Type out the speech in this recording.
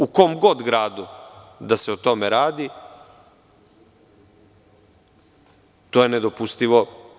U kom god gradu da se o tome radi, to je nedopustivo.